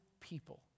people